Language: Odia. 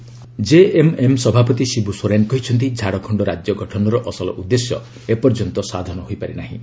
ଝାଡ଼ଖଣ୍ଡ କ୍ୟାମ୍ପନିଂ ଜେଏମ୍ଏମ୍ ସଭାପତି ଶିବ୍ ସୋରେନ୍ କହିଛନ୍ତି ଝାଡ଼ଖଣ୍ଡ ରାଜ୍ୟ ଗଠନର ଅସଲ ଉଦ୍ଦେଶ୍ୟ ଏପର୍ଯ୍ୟନ୍ତ ସାଧନ ହୋଇପାରି ନାହିଁ